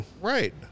Right